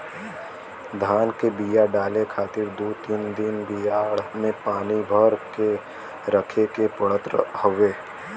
धान के बिया डाले खातिर दू तीन दिन बियाड़ में पानी भर के रखे के पड़त हउवे